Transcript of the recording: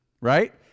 right